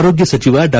ಆರೋಗ್ಯ ಸಚಿವ ಡಾ